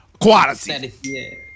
quality